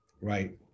Right